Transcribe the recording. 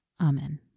Amen